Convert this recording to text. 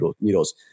needles